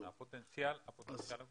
נכון, הפוטנציאל הוא גדול.